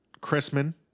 Chrisman